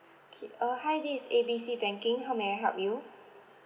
okay uh hi this is A B C banking how may I help you